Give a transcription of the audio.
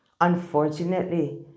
Unfortunately